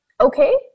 okay